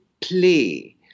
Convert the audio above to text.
play